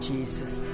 Jesus